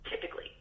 typically